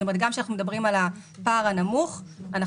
כלומר גם כשאנחנו מדברים על הפער הנמוך אנחנו